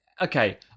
Okay